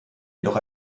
jedoch